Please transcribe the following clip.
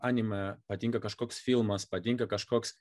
anime patinka kažkoks filmas patinka kažkoks